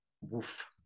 Woof